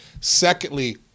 secondly